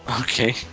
Okay